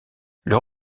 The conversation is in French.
leur